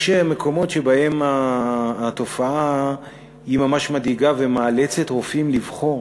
יש מקומות שבהם התופעה היא ממש מדאיגה ומאלצת רופאים לבחור